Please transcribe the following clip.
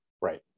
Right